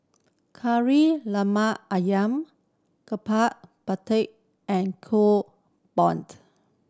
Kari Lemak Ayam and bom